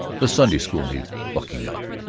the sunday school needs bucking up.